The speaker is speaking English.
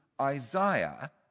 Isaiah